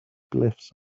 glyphs